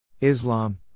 Islam